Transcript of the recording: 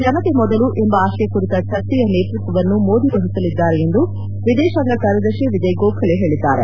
ಜನತೆ ಮೊದಲು ಎಂಬ ಆಶಯ ಕುರಿತ ಚರ್ಚೆಯ ನೇತೃತ್ವವನ್ನು ಮೋದಿ ವಹಿಸಲಿದ್ದಾರೆ ಎಂದು ವಿದೇಶಾಂಗ ಕಾರ್ಯದರ್ಶಿ ವಿಜಯ್ ಗೋಖಲೆ ಹೇಳಿದ್ದಾರೆ